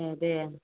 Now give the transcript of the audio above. औ दे